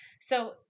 So-